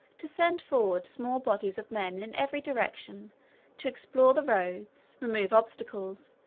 to send forward small bodies of men in every direction to explore the roads, remove obstacles,